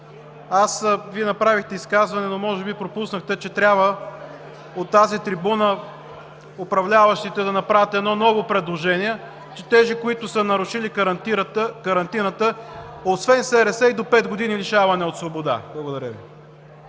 Вие направихте изказване, но може би пропуснахте, че трябва от тази трибуна управляващите да направят едно ново предложение – че тези, които са нарушили карантината, освен СРС, и до пет години лишаване от свобода. Благодаря Ви.